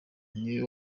niwe